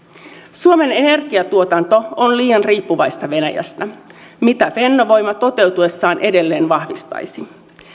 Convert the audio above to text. suomen energiantuotanto on liian riippuvaista venäjästä mitä fennovoima toteutuessaan edelleen vahvistaisi